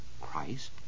Christ